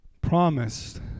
promised